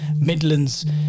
Midlands